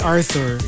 Arthur